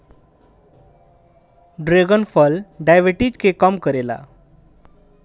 dragon फल diabetes के कम करेला